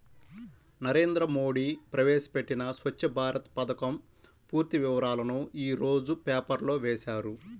నరేంద్ర మోడీ ప్రవేశపెట్టిన స్వఛ్చ భారత్ పథకం పూర్తి వివరాలను యీ రోజు పేపర్లో వేశారు